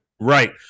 Right